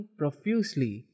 profusely